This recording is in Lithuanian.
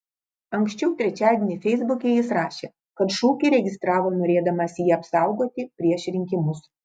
anksčiau trečiadienį feisbuke jis rašė kad šūkį registravo norėdamas jį apsaugoti prieš rinkimus